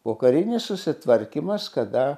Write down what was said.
pokarinis susitvarkymas kada